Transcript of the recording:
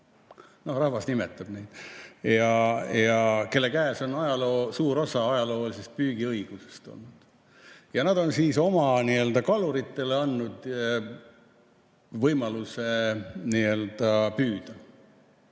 Rahvas nimetab neid nii. Nende käes on suur osa ajaloolisest püügiõigusest. Ja nad on oma kaluritele andnud võimaluse püüda,